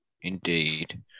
Indeed